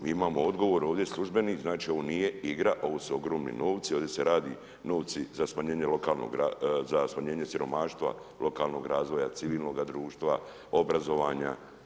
Mi imamo odgovor ovdje službeni, znači ovo nije igra, ovo su ogromni novci, ovdje se radi novci za smanjenje lokalnog, za smanjenje siromaštva, lokalnog razvoja, civilnog društva, obrazovanja.